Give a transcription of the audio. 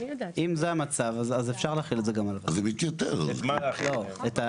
הוא ילך לבית משפט והוא גם יקבל אחר כך גם את הסעד